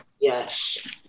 Yes